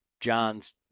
John's